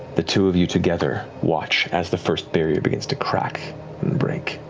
the two of you together watch as the first barrier begins to crack and break.